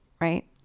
right